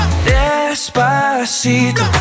Despacito